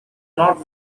not